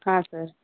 ಹಾಂ ಸರ್